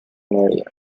media